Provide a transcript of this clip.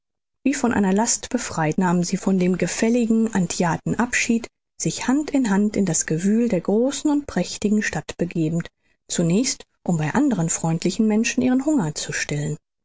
wie von einer last befreit nahmen sie von dem gefälligen antiaten abschied sich hand in hand in das gewühl der großen und prächtigen stadt begebend zunächst um bei anderen freundlichen menschen ihren hunger zu stillen